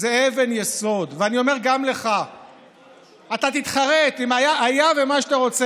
אני חי עם הסיטואציה